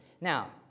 Now